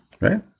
Right